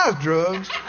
drugs